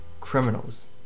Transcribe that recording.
criminals